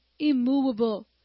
Immovable